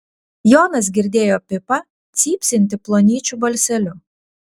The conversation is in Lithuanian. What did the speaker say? jonas girdėjo pipą cypsintį plonyčiu balseliu